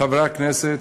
חברי הכנסת,